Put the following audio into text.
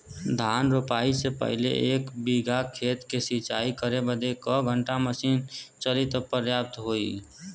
धान रोपाई से पहिले एक बिघा खेत के सिंचाई करे बदे क घंटा मशीन चली तू पर्याप्त होई?